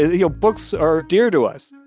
you know books are dear to us.